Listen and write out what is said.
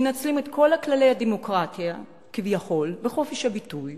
מנצלים את כל כללי הדמוקרטיה כביכול בחופש הביטוי